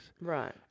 Right